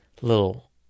little